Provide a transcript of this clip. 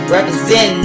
Represent